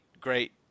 great